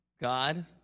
God